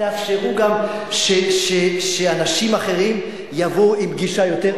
תאפשרו גם שאנשים אחרים יבואו עם גישה יותר,